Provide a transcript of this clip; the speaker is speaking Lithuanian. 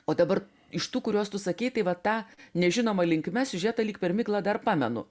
o dabar iš tų kuriuos tu sakei tai va tą nežinoma linkme siužetą lyg per miglą dar pamenu